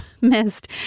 missed